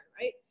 Right